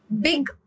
big